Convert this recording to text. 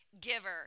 giver